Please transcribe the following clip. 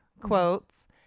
quotes